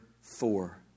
four